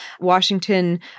Washington